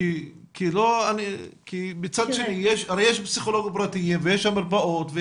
הרי יש פסיכולוגים פרטיים ויש מרפאות.